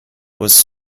was